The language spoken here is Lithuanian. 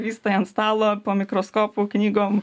vystai ant stalo po mikroskopu knygom